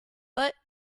but